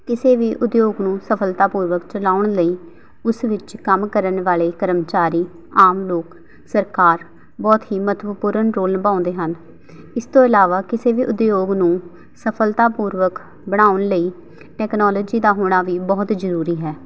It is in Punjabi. ਕਿਸੇ ਵੀ ਉਦਯੋਗ ਨੂੰ ਸਫਲਤਾ ਪੂਰਵਕ ਚਲਾਉਣ ਲਈ ਉਸ ਵਿੱਚ ਕੰਮ ਕਰਨ ਵਾਲੇ ਕਰਮਚਾਰੀ ਆਮ ਲੋਕ ਸਰਕਾਰ ਬਹੁਤ ਹੀ ਮਹੱਤਵਪੂਰਨ ਰੋਲ ਨਿਭਾਉਂਦੇ ਹਨ ਇਸ ਤੋਂ ਇਲਾਵਾ ਕਿਸੇ ਵੀ ਉਦਯੋਗ ਨੂੰ ਸਫਲਤਾ ਪੂਰਵਕ ਬਣਾਉਣ ਲਈ ਟੈਕਨੋਲਜੀ ਦਾ ਹੋਣਾ ਵੀ ਬਹੁਤ ਜ਼ਰੂਰੀ ਹੈ